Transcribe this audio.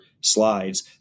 slides